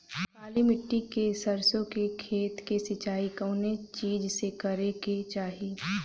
काली मिट्टी के सरसों के खेत क सिंचाई कवने चीज़से करेके चाही?